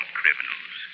criminals